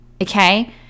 okay